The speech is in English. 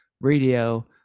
radio